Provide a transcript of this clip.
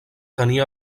tenia